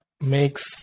makes